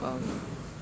uh